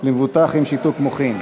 למבוטח עם שיתוק מוחין).